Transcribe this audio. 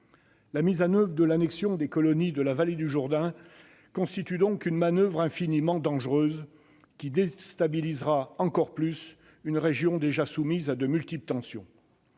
La mise en oeuvre de l'annexion des colonies et de la vallée du Jourdain constitue donc une manoeuvre infiniment dangereuse, qui déstabilisera encore plus une région déjà soumise à de multiples tensions.